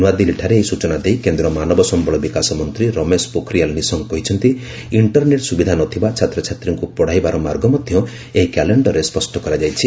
ନୂଆଦିଲ୍ଲୀ ଠାରେ ଏହି ସୂଚନା ଦେଇ କେନ୍ଦ୍ର ମାନବ ସମ୍ଭଳ ବିକାଶ ମନ୍ତ୍ରୀ ରମେଶ ପୋଖରିଆଲ୍ ନିଶଙ୍କ କହିଛନ୍ତି ଇଷ୍ଟରନେଟ୍ ସୁବିଧା ନଥିବା ଛାତ୍ରଛାତ୍ରୀଙ୍କୁ ପଢ଼ାଇବାର ମାର୍ଗ ମଧ୍ୟ ଏହି କ୍ୟାଲେଣ୍ଡରରେ ସ୍ୱଷ୍ଟ କରାଯାଇଛି